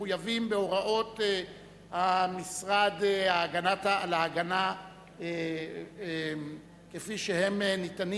מחויבים בהוראות המשרד להגנת העורף כפי שהן ניתנות